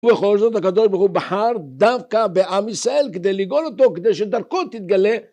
ובכל זאת, הקדוש ברוך הוא בחר דווקא בעם ישראל, כדי לגאול אותו, כדי שדרכו תתגלה...